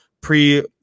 pre